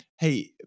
Hey